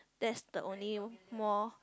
that's the only more